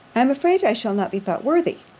am afraid i shall not be thought worthy